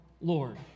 Lord